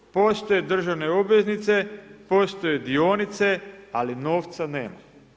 Postoje državne obveznice, postoje dionice, ali novca nema.